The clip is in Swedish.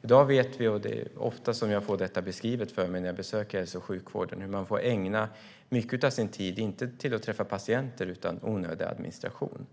Jag får ofta detta beskrivet för mig när jag besöker hälso och sjukvården: Vi vet hur man får ägna mycket av sin tid inte åt att träffa patienter utan åt onödig administration.